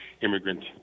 immigrant